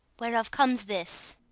whereof comes this?